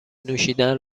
نوشیدن